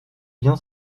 bien